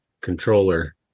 controller